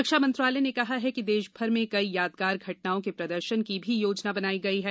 रक्षा मंत्रालय ने कहा कि देशभर में कई यादगार घटनाओं के प्रदर्शन की भी योजना बनाई गई है